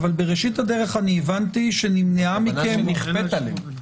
אבל בראשית הדרך הבנתי ש --- הבנה שנכפית עלינו.